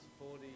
forty